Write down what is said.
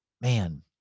man